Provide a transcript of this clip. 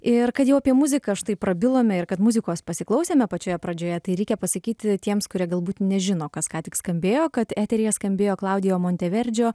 ir kad jau apie muziką štai prabilome ir kad muzikos pasiklausėme pačioje pradžioje tai reikia pasakyti tiems kurie galbūt nežino kas ką tik skambėjo kad eteryje skambėjo klaudijo monteverdžio